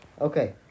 okay